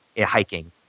hiking